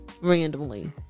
randomly